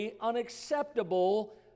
unacceptable